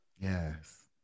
Yes